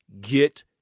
Get